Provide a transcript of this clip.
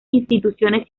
instituciones